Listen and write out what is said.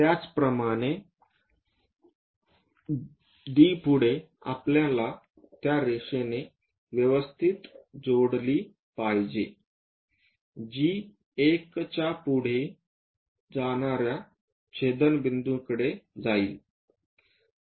त्याचप्रमाणे D पुढे आपल्याला त्या रेषेने व्यवस्थित जोडली पाहिजे जी 1 च्या पुढे जाणाऱ्या छेदनबिंदूकडे जाईल